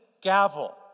gavel